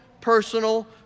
personal